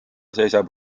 seisab